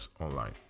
online